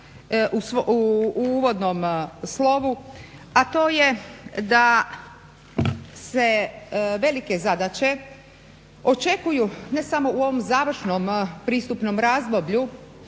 u uvodnom slovu, a to je da se velike zadaće očekuju ne samo u ovom završnom pristupnom razdoblju